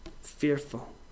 fearful